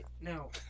No